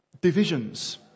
divisions